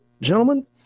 gentlemen